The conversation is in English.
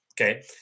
Okay